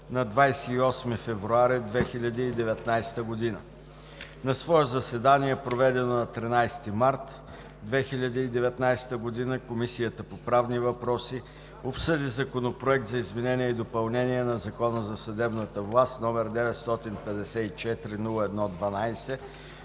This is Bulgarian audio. на 28 февруари 2019 г. На свое заседание, проведено на 13 март 2019 г., Комисията по правни въпроси обсъди Законопроект за изменение и допълнение на Закона за съдебната власт, № 954-01-12,